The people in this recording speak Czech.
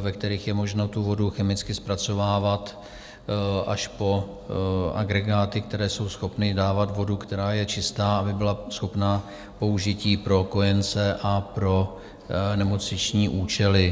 ve kterých je možno tu vodu chemicky zpracovávat, až po agregáty, které jsou schopny dávat vodu, která je čistá, aby byla schopna použití pro kojence a pro nemocniční účely.